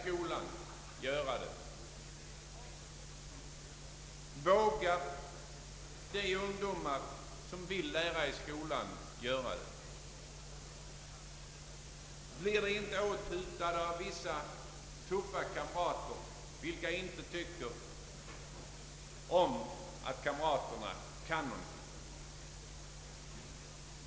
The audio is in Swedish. Kan och vågar de elever som vill lära i skolan göra det? Blir de inte åthutade av vissa tuffa kamrater, vilka inte tycker om att de kan någonting.